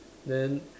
then